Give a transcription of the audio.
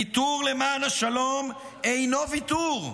ויתור למען השלום אינו ויתור,